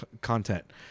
content